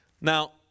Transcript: Now